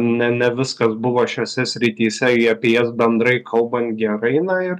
ne ne viskas buvo šiose srityse į apie jas bendrai kalbant gerai na ir